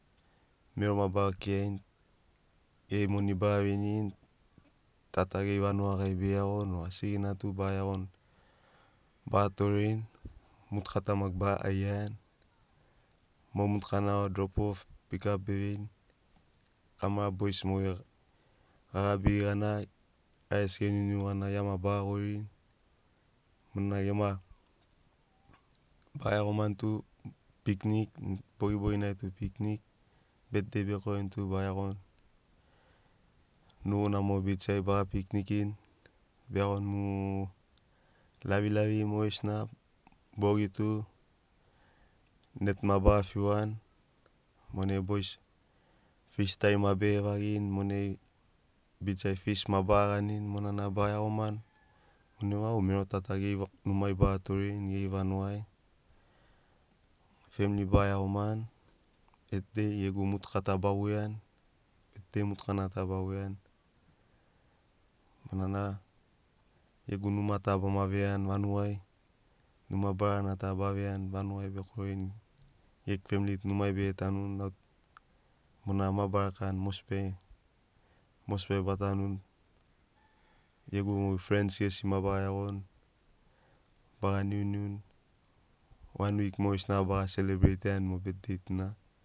Mero ma bakirarini geri moni baga vinirini ta ta geri vanuga gari bege iagoni o asigina tu baga iagoni ba torerini motuka ta maki baga aiani mo motukana vau drop of pik ap be veini kamara bois mogeri ga gabiri gana gai gesi ge niumiu gana gia maki baga goririni monana gema baga iagomani tu piknik bogibogi nai tu piknik. Betdei bekorini tu baga iagoni nugunamo bich ai baga piknikini be iagoni mu. Lavilavi mogesina bogi tu net ma baga fiuani monai bois fish tari ma bege vagini monai bich ai fish ma baga ganini monana baga iagomani monai vau mero ta ta geri numai baga torerini geri vanugai. Femli baga iagomani betdei gegu motuka ta ba voiani betdei motukana ta ba voiani monana gegu numa ta bama veiani vanugai numa barana ta ba veiani vanugai bekorini gegu femli tu numai bege tanuni au tu monana ma barakani mosbi ai mosbi ai ba tanuni gegu frens gesi ma baga iagoni baga niuniuni wan wik mogesina baga selebreitiani betdei tuna.